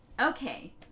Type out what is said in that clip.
okay